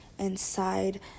inside